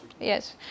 Yes